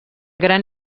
gran